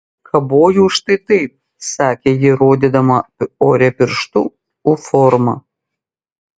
kabojau štai taip sakė ji rodydama ore pirštu u formą